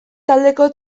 taldeko